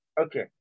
okay